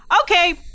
Okay